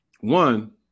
One